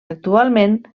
actualment